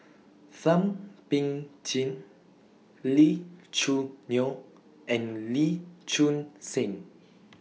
Thum Ping Tjin Lee Choo Neo and Lee Choon Seng